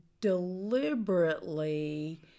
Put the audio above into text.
deliberately